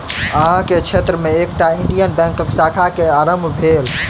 अहाँ के क्षेत्र में एकटा इंडियन बैंकक शाखा के आरम्भ भेल